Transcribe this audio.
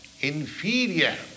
inferior